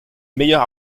meilleur